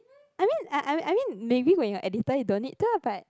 I mean I I I mean maybe when you are editor you don't need to ah but